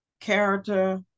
character